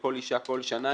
לכל אישה בכל שנה,